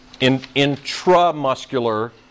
Intramuscular